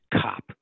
cop